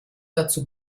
dazu